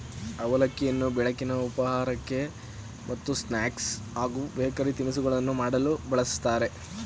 ಅವಲಕ್ಕಿಯನ್ನು ಬೆಳಗಿನ ಉಪಹಾರಕ್ಕೆ ಮತ್ತು ಸ್ನಾಕ್ಸ್ ಹಾಗೂ ಬೇಕರಿ ತಿನಿಸುಗಳನ್ನು ಮಾಡಲು ಬಳ್ಸತ್ತರೆ